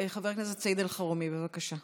חבר הכנסת סעיד אלחרומי, בבקשה.